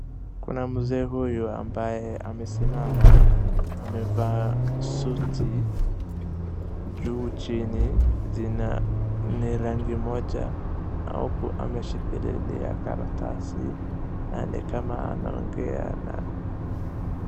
Kuna mzee huyu ambaye amesimama amevaa suti juu chini ni rangi moja au ameshikililia karatasi na ni kama anaongea na.